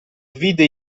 vide